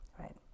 right